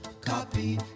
Copy